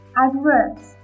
adverbs